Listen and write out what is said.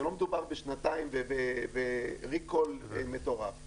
לא מדובר בשנתיים ורי-קול מטורף.